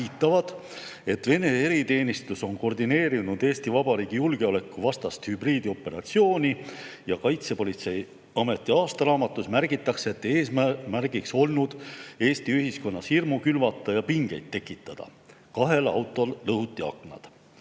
et Vene eriteenistus on koordineerinud Eesti Vabariigi julgeoleku vastast hübriidoperatsiooni, ja Kaitsepolitseiameti aastaraamatus märgitakse, et eesmärgiks oli Eesti ühiskonnas hirmu külvata ja pingeid tekitada. Kahel autol lõhuti aknad.